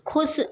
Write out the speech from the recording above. खुश